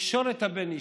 התקשורת הבין-אישית,